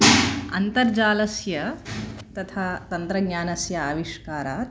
अन्तर्जालस्य तथा तन्त्रज्ञानस्य आविष्कारात्